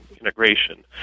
integration